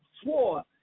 swore